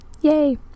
Yay